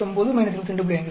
52 49 22